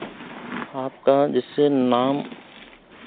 आपका जिससे नाम